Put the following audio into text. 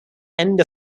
end